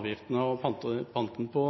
avgiftene og panten på